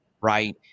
Right